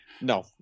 No